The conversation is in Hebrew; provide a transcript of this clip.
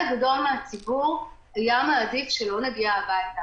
גדול מהציבור היה מעדיף שלא נגיע הביתה.